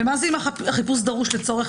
מה זה אם החיפוש דרוש לצורך?